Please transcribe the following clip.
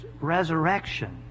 resurrection